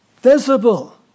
visible